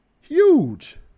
huge